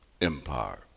Empire